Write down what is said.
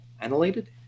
annihilated